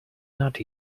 not